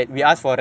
ah